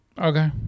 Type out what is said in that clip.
okay